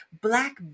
black